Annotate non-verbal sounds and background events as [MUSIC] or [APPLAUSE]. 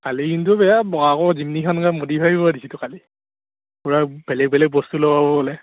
কালি কিন্তু [UNINTELLIGIBLE] কালি পূৰা বেলেগ বেলেগ বস্তু লগাব বোলে